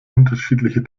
unterschiedliche